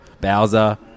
Bowser